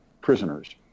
prisoners